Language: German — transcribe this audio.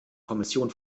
kommission